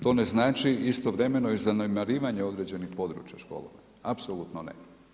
To ne znači istovremeno i zanemarivanje određene područja škole, apsolutno ne.